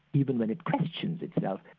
even when it questions itself,